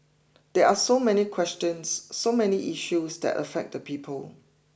there are so many questions so many issues that affect the people